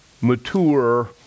mature